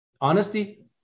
honesty